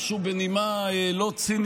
עכשיו אני אומר לך משהו בנימה לא צינית,